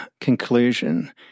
conclusion